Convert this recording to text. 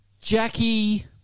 Jackie